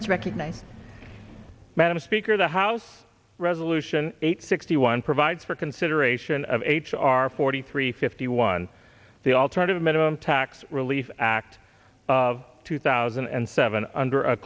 recognize madam speaker the house resolution eight sixty one provides for consideration of h r forty three fifty one the alternative minimum tax relief act of two thousand and seven under a